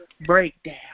Breakdown